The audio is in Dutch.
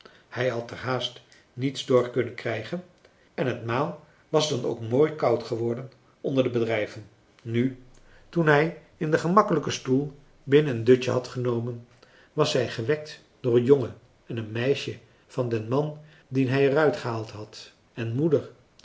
hij had er haast niets door kunnen krijgen en het maal was dan ook mooi koud geworden onder de bedrijven nu toen hij in den gemakkelijken stoel binnen een dutje had genomen was hij gewekt door een jongen en een meisje van den man dien hij er uitgehaald had en moeder